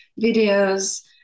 videos